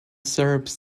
serbs